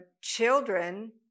children